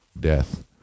death